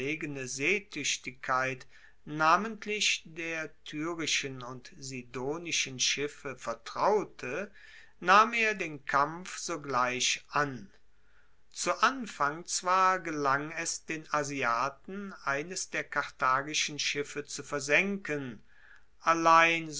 seetuechtigkeit namentlich der tyrischen und sidonischen schiffe vertraute nahm er den kampf sogleich an zu anfang zwar gelang es den asiaten eines der karthagischen schiffe zu versenken allein